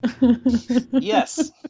Yes